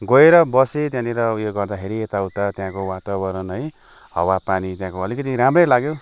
गएर बसेँ त्यहाँनिर उयो गर्दाखेरि यताउता त्यहाँको वातावरण है हावापानी त्यहाँको अलिकति राम्रै लाग्यो